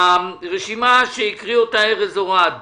הרשימה שהקריא אותה ארז אורעד